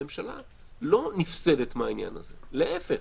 הממשלה לא נפסדת מהעניין הזה, להיפך.